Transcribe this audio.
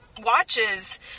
watches